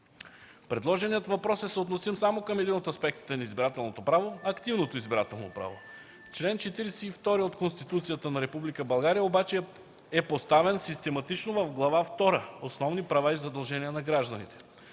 Предложеният въпрос е съотносим само към един от аспектите на избирателното право – активното избирателно право. Член 42 от Конституцията на Република България обаче е поставен систематично в Глава втора „Основни права и задължения на гражданите”.